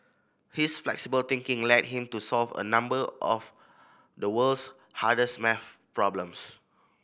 his flexible thinking led him to solve a number of the world's hardest maths problems